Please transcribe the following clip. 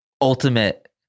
ultimate